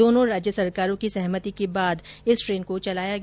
दोनों राज्य सरकारों की सहमति के बाद इस ट्रेन को चलाया गया